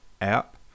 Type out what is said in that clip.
app